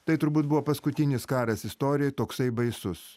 tai turbūt buvo paskutinis karas istorijoj toksai baisus